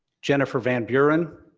jennifer van buren.